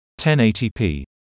1080p